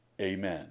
Amen